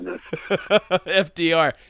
FDR